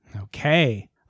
Okay